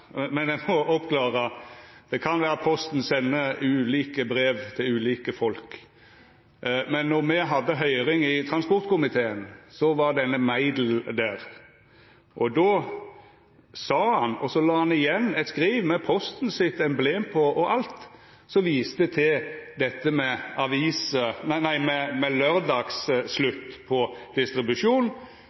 men eg må få klara opp i: Det kan vera at Posten sender ulike brev til ulike folk, men då me hadde høyring i transportkomiteen, var denne Mejdell der, og då la han igjen eit skriv med Posten sitt emblem på, som viste til slutt på laurdagsdistribusjon, der det òg stod at viss dei skulle til med